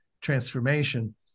transformation